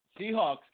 seahawks